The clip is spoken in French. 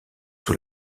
sous